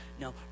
no